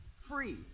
Free